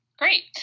Great